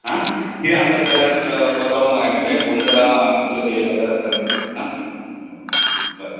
आ किदें आसात जाल्यार पात्रांव एनी टायम फोन करा आमी तुमच्या सेवेक हजर आसतले आ बरें बरें बरें बरें